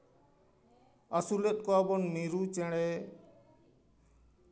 ᱟᱹᱥᱩᱞᱮᱫ ᱠᱚᱣᱟ ᱵᱚᱱ ᱢᱤᱨᱩ ᱪᱮᱬᱮ